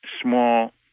small